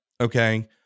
okay